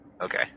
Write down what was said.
Okay